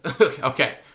Okay